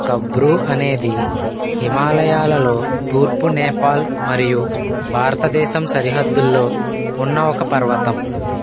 కబ్రూ అనేది హిమాలయాలలో తూర్పు నేపాల్ మరియు భారతదేశం సరిహద్దులో ఉన్న ఒక పర్వతం